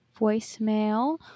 voicemail